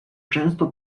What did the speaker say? często